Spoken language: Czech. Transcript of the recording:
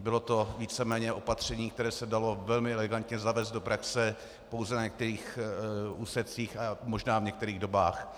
Bylo to víceméně opatření, které se dalo velmi elegantně zavést do praxe pouze na některých úsecích a možná v některých dobách.